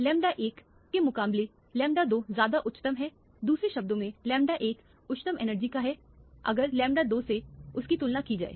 lambda 1 के मुकाबले lambda 2 ज्यादा उच्चतम है दूसरे शब्दों में लैंबडा1 उच्चतम एनर्जी का है अगर लैंबडा 2 से उसकी तुलना की जाए